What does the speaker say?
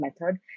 method